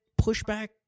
pushback